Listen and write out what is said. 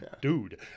Dude